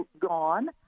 gone